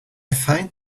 find